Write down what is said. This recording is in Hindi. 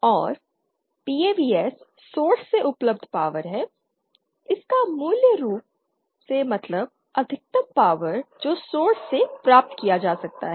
और PAVS सोर्स से उपलब्ध पावर है इसका मूल रूप से मतलब अधिकतम पावर है जो सोर्स से प्राप्त किया जा सकता है